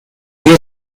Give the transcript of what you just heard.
mir